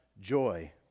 joy